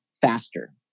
faster